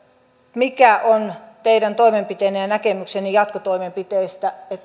mikä on teidän toimenpiteenne ja näkemyksenne jatkotoimenpiteistä